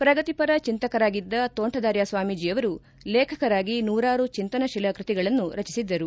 ಪ್ರಗತಿಪರ ಚಿಂತಕರಾಗಿದ್ದ ತೋಂಟದಾರ್ಯ ಸ್ವಾಮೀಜಿ ಅವರು ಲೇಖಕರಾಗಿ ನೂರಾರು ಚಿಂತನಶೀಲ ಕೃತಿಗಳನ್ನು ರಚಿಸಿದ್ದರು